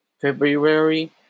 February